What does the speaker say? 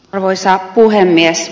arvoisa puhemies